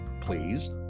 please